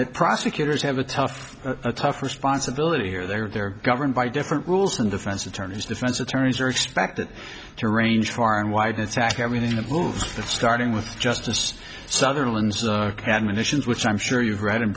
that prosecutors have a tough a tough responsibility here they're governed by different rules and defense attorneys defense attorneys are expected to range far and wide an attack everything that moves the starting with justice sutherland's admonitions which i'm sure you've read